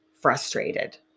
frustrated